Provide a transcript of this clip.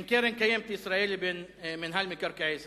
בין קרן קיימת לישראל לבין מינהל מקרקעי ישראל,